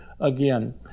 again